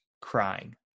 crying